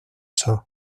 sol